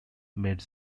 made